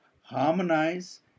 harmonize